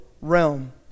realm